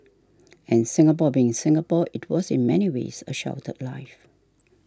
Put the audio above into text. and Singapore being Singapore it was in many ways a sheltered life